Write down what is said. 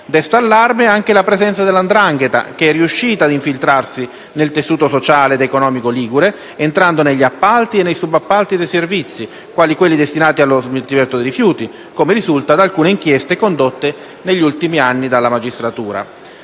Desta allarme anche la presenza della 'ndrangheta che è riuscita ad infiltrarsi nel tessuto sociale ed economico ligure, entrando negli appalti e subappalti di servizi, quali quelli destinati allo smaltimento dei rifiuti, come risulta da alcune inchieste condotte negli ultimi anni dalla magistratura.